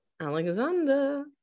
Alexander